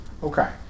Okay